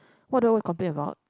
what do I always complain about